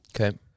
Okay